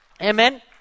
Amen